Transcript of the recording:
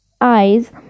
eyes